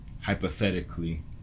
hypothetically